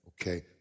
okay